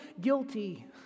guilty